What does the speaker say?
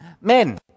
Men